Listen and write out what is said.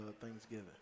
Thanksgiving